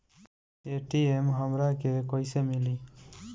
ATM हमरा के कइसे मिली?